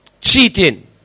cheating